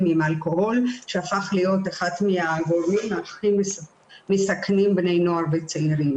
עם אלכוהול שהפך להיות אחד מהגורמים הכי מסכנים בני נוער וצעירים.